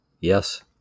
yes